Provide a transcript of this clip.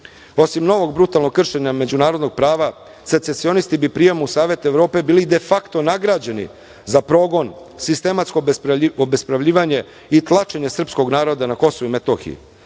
novog brutalnog kršenja međunarodnog prava, secesionisti bi u prijem Savet Evrope bili defakto nagrađeni za progon, sistematsko obespravljivanje i tlačenje srpskog naroda na Kosovu i Metohiji.